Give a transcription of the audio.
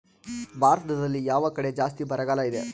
ಭಾರತದಲ್ಲಿ ಯಾವ ಕಡೆ ಜಾಸ್ತಿ ಬರಗಾಲ ಇದೆ?